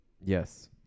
Yes